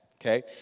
okay